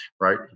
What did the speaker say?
right